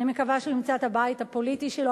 אני מקווה שהוא ימצא את הבית הפוליטי שלו.